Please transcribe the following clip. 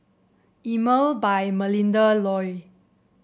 Emel by Melinda Looi